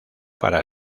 para